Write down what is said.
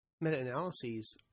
meta-analyses